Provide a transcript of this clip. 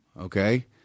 Okay